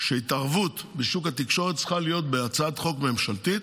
שהתערבות בשוק התקשורת צריכה להיות בהצעת חוק ממשלתית.